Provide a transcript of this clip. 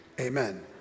amen